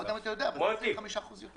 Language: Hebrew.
אני לא יודע אבל הוא מקבל 25 אחוזים יותר.